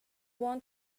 want